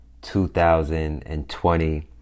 2020